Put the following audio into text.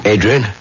Adrian